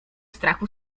strachu